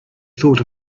thought